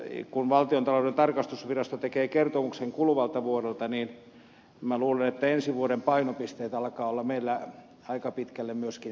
kun valtiontalouden tarkastusvirasto tekee kertomuksen kuluvalta vuodelta niin minä luulen että ensi vuoden painopisteet alkavat olla meillä aika pitkälle myöskin selvillä